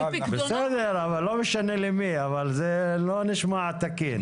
בסדר, לא משנה למי, אבל זה לא נשמע תקין.